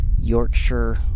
Yorkshire